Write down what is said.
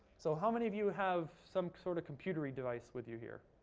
so how many of you have some sort of computer device with you here?